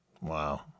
Wow